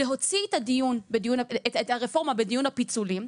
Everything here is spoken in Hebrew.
להוציא את הרפורמה בדיון הפיצולים.